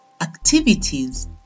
activities